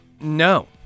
no